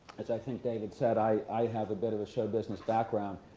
as i think david said, i have a bit of a show business background.